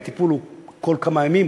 כי הטיפול הוא כל כמה ימים,